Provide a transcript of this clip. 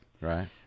Right